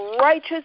righteous